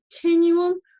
continuum